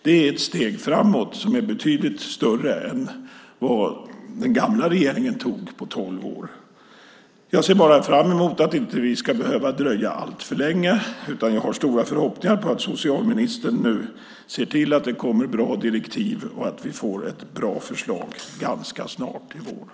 Det är ett steg framåt som är betydligt större vad den gamla regeringen tog på tolv år. Jag ser fram emot att vi inte ska behöva dröja alltför länge. Jag har stora förhoppningar om att socialministern nu ser till att det kommer bra direktiv och att vi får ett bra förslag ganska snart till våren.